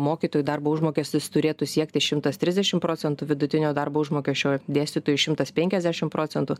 mokytojų darbo užmokestis turėtų siekti šimtas trisdešim procentų vidutinio darbo užmokesčio dėstytojų šimtas penkiasdešim procentų